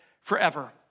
forever